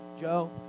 Joe